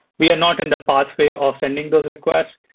we are not in the pathway of sending those requests.